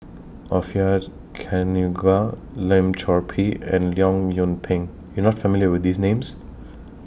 Orfeur Cavenagh Lim Chor Pee and Leong Yoon Pin you're not familiar with These Names